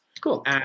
Cool